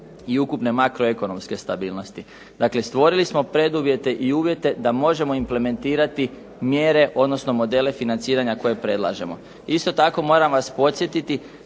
i ukupne makro ekonomske stabilnosti. Dakle, stvorili smo preduvjete i uvjete da možemo implementirati mjere, odnosno modele financiranja koje predlažemo. Isto tako, moram vas podsjetiti